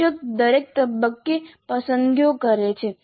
શિક્ષક દરેક તબક્કે પસંદગીઓ કરે છે